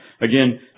Again